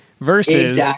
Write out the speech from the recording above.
versus